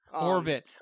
Orbit